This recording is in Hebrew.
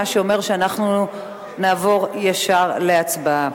מה שאומר שאנחנו נעבור ישר להצבעה.